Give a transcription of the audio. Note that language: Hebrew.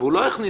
הוא לא יכניס,